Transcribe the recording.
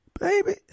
Baby